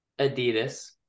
adidas